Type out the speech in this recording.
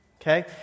okay